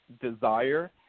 desire